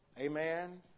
Amen